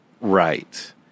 Right